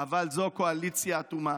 אבל זו קואליציה אטומה,